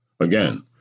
Again